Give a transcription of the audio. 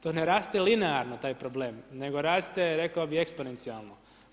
To ne raste linearno, taj problem nego raste rekao bih, eksponencijalno.